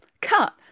Cut